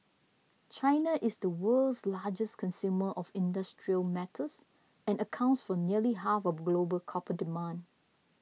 China is the world's largest consumer of industrial metals and accounts for nearly half of global copper demand